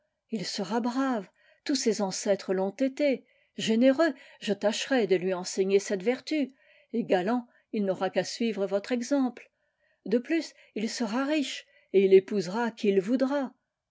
il sera brave tous ses ancêtres l'ont été généreux je tâcherai de lui enseigner cette vertu et galant il n'aura qu'à suivre votre exemple de plus il sera riche et il épousera qui il voudra